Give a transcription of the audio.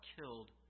killed